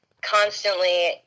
constantly